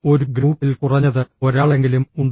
ഒരു ഗ്രൂപ്പിൽ കുറഞ്ഞത് ഒരാളെങ്കിലും ഉണ്ടോ